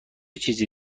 چیزی